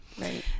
right